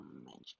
imagine